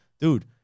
dude